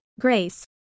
Grace